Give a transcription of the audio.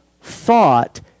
thought